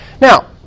Now